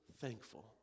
thankful